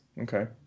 Okay